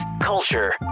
culture